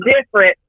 different